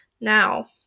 now